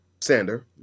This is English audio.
Sander